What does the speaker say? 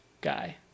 guy